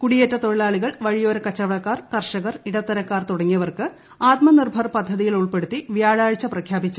കൂടിയേറ്റതൊഴിലാളികൾ വഴിയോരക്കച്ചവടക്കാർ കർഷകർ ഇടത്തരക്കാർ തുടങ്ങിയവർക്ക് ആത്മ നിർഭർ പദ്ധതിയിൽ ഉൾപ്പെടുത്തി വ്യാഴാഴ്ച പ്രഖ്യാപിച്ചു